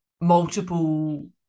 multiple